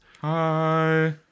Hi